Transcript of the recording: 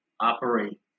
operate